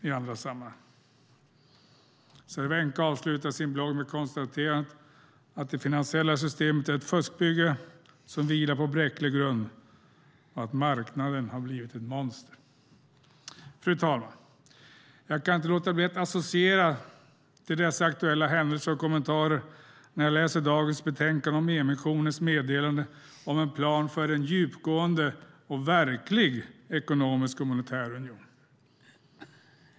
Cervenka avslutar sin blogg med konstaterandet att det finansiella systemet är ett fuskbygge som vilar på bräcklig grund och att marknaden har blivit ett monster. Fru talman! Jag kan inte låta bli att associera till dessa aktuella händelser och kommentarer när jag läser dagens utlåtande om EU-kommissionens meddelande om en plan för en djupgående och verklig ekonomisk och monetär union.